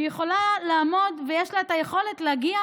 והיא יכולה לעמוד ויש לה את היכולת להגיע